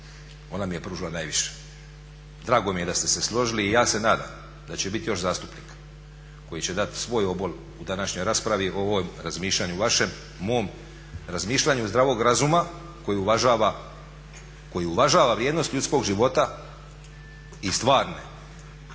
ona mi je pružila najviše. Drago mi je da ste se složili i ja se nadam da će biti još zastupnika koji će dati svoj obol u današnjoj raspravi o ovom razmišljanju vašem, mom, razmišljanju zdravog razuma koji uvažava vrijednost ljudskog života i stvarne